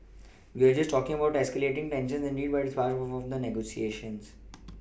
we're all talking about escalating tensions indeed but it's part of the negotiations